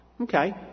Okay